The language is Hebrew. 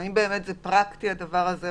האם הדבר הזה באמת פרקטי, או